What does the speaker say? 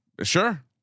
sure